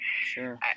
Sure